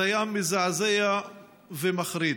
זה היה מזעזע ומחריד.